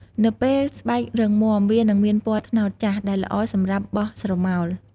នៅពេលស្បែករឹងមាំ វានិងមានពណ៌ត្នោតចាស់ ដែលល្អសម្រាប់បោះស្រមោល។